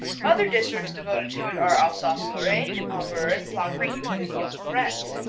other districts devoted to it are alsace-lorraine, auvergne, languedoc, and ile-de-france.